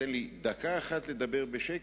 תן לי דקה אחת לדבר בשקט,